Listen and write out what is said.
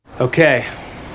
Okay